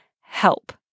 Help